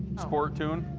sport tune.